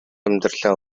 амьдралаа